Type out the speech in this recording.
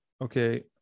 okay